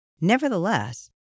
Nevertheless